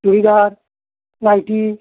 churidar nightie